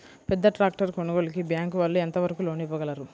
పెద్ద ట్రాక్టర్ కొనుగోలుకి బ్యాంకు వాళ్ళు ఎంత వరకు లోన్ ఇవ్వగలరు?